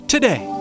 Today